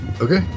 Okay